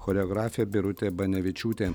choreografė birutė banevičiūtė